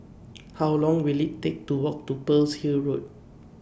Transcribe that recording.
How Long Will IT Take to Walk to Pearl's Hill Road